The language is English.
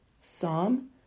Psalm